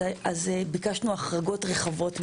אז ביקשנו החרגות רחבות מדי.